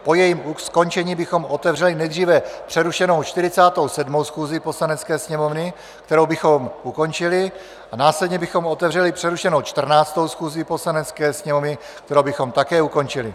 Po jejím skončení bychom otevřeli nejdříve přerušenou 47. schůzi Poslanecké sněmovny, kterou bychom ukončili, a následně bychom otevřeli přerušenou 14. schůzi Poslanecké sněmovny, kterou bychom také ukončili.